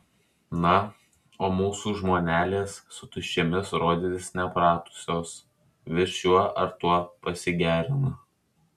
na o mūsų žmonelės su tuščiomis rodytis nepratusios vis šiuo ar tuo pasigerina